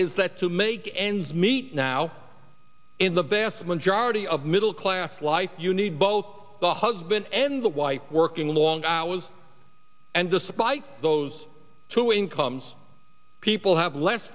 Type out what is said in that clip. is that to make ends meet now in the vast majority of middle class life you need both the husband and the wife working long hours and despite those two incomes people have less